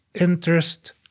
interest